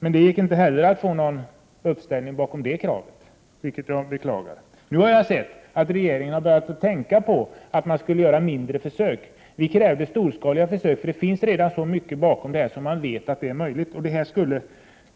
Det gick inte heller att få något gehör för centerns krav därvidlag, vilket jag beklagar. Nu har jag förstått att regeringen börjat tänka på att man borde göra mindre försök. Vi kräver storskaliga försök. Det finns nämligen så mycken erfarenhet att man vet att sådana försök är möjliga, och de skulle